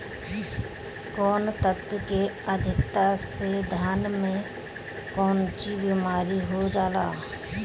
कौन तत्व के अधिकता से धान में कोनची बीमारी हो जाला?